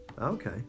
Okay